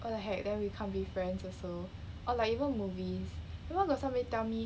what the heck then we can't be friends also or like even movies you know got somebody tell me